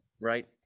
right